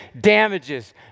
damages